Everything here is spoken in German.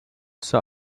zur